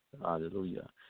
Hallelujah